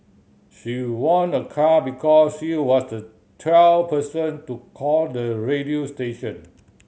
she won a car because she was the twelfth person to call the radio station